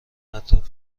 اطراف